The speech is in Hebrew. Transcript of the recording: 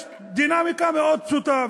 יש דינמיקה מאוד פשוטה.